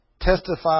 testify